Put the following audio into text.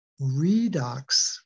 redox